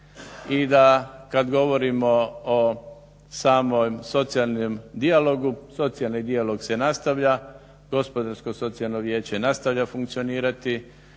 i da kad govorimo o samom socijalnom dijalogu socijalni dijalog se nastavlja, Gospodarsko-socijalno vijeće nastavlja funkcionirati